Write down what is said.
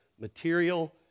material